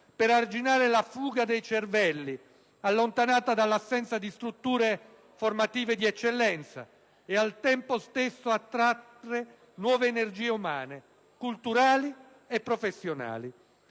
per arginare la fuga dei cervelli, allontanati dall'assenza di strutture formative d'eccellenza e, al tempo stesso, attrarre nuove energie umane, culturali e professionali.